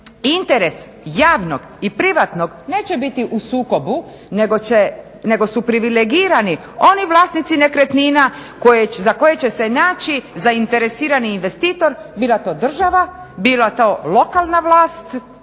interes javnog i privatnog neće biti u sukobu nego su privilegirani oni vlasnici nekretnina za koje će se naći zainteresirani investitor, bila to država, bila to lokalna vlast